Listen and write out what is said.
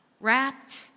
Wrapped